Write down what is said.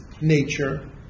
nature